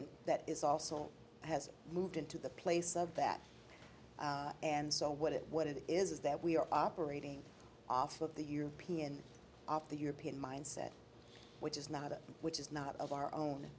and that is also has moved into the place of that and so what it what it is is that we are operating off of the european op the european mindset which is not it which is not of our